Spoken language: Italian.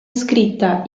scritta